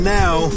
now